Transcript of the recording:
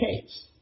case